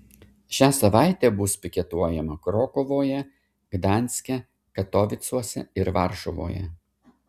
šią savaitę bus piketuojama krokuvoje gdanske katovicuose ir varšuvoje